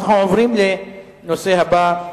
אנחנו עוברים לנושא הבא: